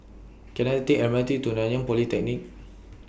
Can I Take M R T to Nanyang Polytechnic